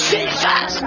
Jesus